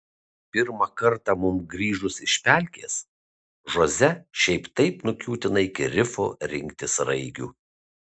pirmą kartą mums grįžus iš pelkės žoze šiaip taip nukiūtina iki rifo rinkti sraigių